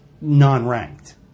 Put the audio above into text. non-ranked